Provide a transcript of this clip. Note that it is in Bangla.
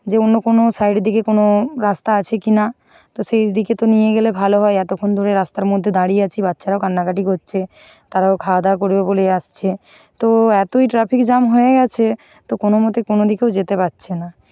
যে অন্য কোনো সাইডের দিকে কোনো রাস্তা আছে কি না তো সেই দিকে তো নিয়ে গেলে ভালো হয় এতক্ষণ ধরে রাস্তার মধ্যে দাঁড়িয়ে আছি বাচ্ছারাও কান্নাকাটি কচ্ছে তারাও খাওয়া দাওয়া করবে বলে আসছে তো এতই ট্রাফিক জ্যাম হয়ে গেছে তো কোনো মতে কোনো দিকেও যেতে পাচ্ছে না